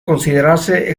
considerarse